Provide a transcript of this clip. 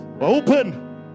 open